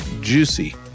juicy